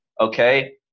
Okay